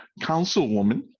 councilwoman